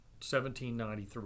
1793